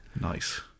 Nice